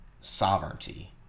sovereignty